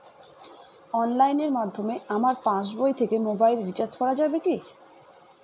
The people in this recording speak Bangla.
অনলাইনের মাধ্যমে আমার পাসবই থেকে মোবাইল রিচার্জ করা যাবে কি?